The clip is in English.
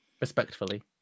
Respectfully